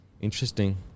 Interesting